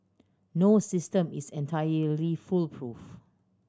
no system is entirely foolproof